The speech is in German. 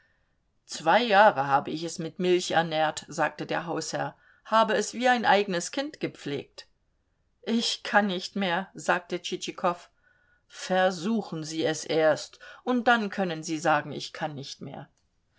zwei jahre habe ich es mit milch ernährt sagte der hausherr habe es wie ein eigenes kind gepflegt ich kann nicht mehr sagte tschitschikow versuchen sie es erst und dann können sie sagen ich kann nicht mehr